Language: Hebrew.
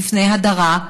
בפני הדרה,